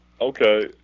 Okay